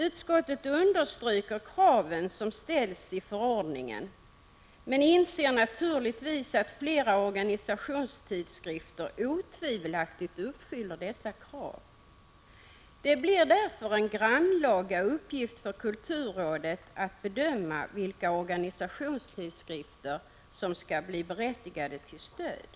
Utskottet understryker de krav som ställs i förordningen men inser naturligtvis att flera organisationstidskrifter otvivelaktigt uppfyller dessa Prot. 1985/86:157 = krav. Det blir därför en grannlaga uppgift för kulturrådet att bedöma vilka 30 maj 1986 organisationstidskrifter som skall bli berättigade till stöd.